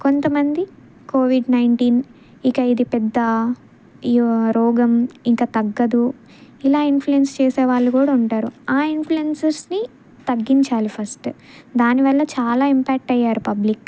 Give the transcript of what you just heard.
కొంతమంది Covid nineteen ఇక ఇది పెద్ద ఈ రోగం ఇక తగ్గదు ఇలా ఇన్ఫ్లుయెన్స్ చేసే వాళ్ళు కూడా ఉంటారు ఆ ఇన్ఫ్లుయెన్స్ని తగ్గించాలి ఫస్ట్ దానివల్ల చాలా ఇంప్యాక్ట్ అయ్యారు పబ్లిక్